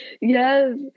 yes